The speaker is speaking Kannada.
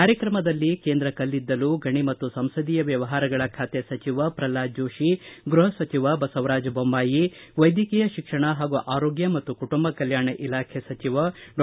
ಕಾರ್ಯಕ್ರಮದಲ್ಲಿ ಕೇಂದ್ರ ಕಲ್ಲಿದ್ದಲು ಗಣಿ ಮತ್ತು ಸಂಸದೀಯ ವ್ಯವಹಾರಗಳ ಸಚಿವರಾದ ಪ್ರಹ್ಲಾದ ಜೋಷಿ ಗೃಪ ಸಚಿವ ಬಸವರಾಜ ಬೊಮ್ಮಾಯಿ ವೈದ್ಯಕೀಯ ಶಿಕ್ಷಣ ಹಾಗೂ ಆರೋಗ್ಡ ಮತ್ತು ಕುಟುಂಬ ಕಲ್ಕಾಣ ಇಲಾಖೆ ಸಚಿವ ಡಾ